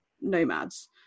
Nomads